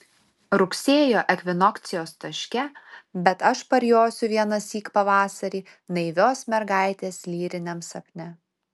rugsėjo ekvinokcijos taške bet aš parjosiu vienąsyk pavasarį naivios mergaitės lyriniam sapne